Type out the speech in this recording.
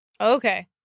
Okay